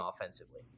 offensively